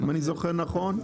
אם אני זוכר נכון?